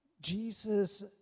Jesus